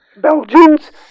belgians